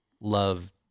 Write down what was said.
love